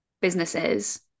businesses